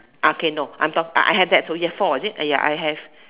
ah K no I'm talk uh I have that so ya four is it uh ya I have